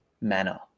manner